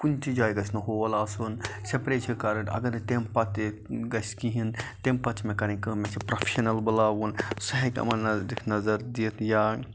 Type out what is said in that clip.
کُنہِ تہِ جایہِ گَژھِ نہٕ ہول آسُن سپرے چھُ کَرُن اگر تمہِ پَتہٕ تہِ گَژھِ کِہیٖنۍ تمہِ پَتہٕ چھِ مےٚ کَرٕنۍ کٲم مےٚ چھُ پروشیشنَل بُلاوُن سُہ ہیٚکہِ یِمَن نَزدیٖک نَظَر دِتھ یا